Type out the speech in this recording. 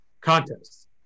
contests